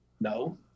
no